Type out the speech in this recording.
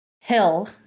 Hill